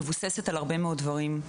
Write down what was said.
בעיה שמבוססת על הרבה מאוד דברים.